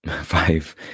five